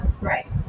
right